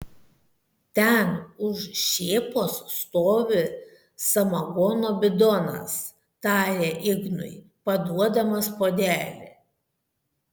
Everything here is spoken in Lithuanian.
ten už šėpos stovi samagono bidonas tarė ignui paduodamas puodelį